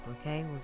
okay